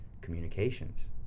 communications